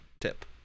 Tip